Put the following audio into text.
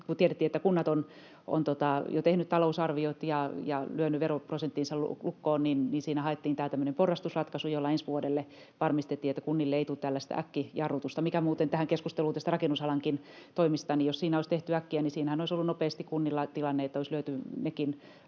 kun tiedettiin, että kunnat ovat jo tehneet talousarviot ja lyöneet veroprosenttinsa lukkoon, eli haettiin tämä tämmöinen porrastusratkaisu, jolla ensi vuodelle varmistettiin, että kunnille ei tule tällaista äkkijarrutusta — liittyen muuten tähän keskusteluun näistä rakennusalankin toimista: jos siinä olisi toimittu äkkiä, niin siinähän olisi ollut nopeasti kunnilla tilanne, että olisi lyöty nekin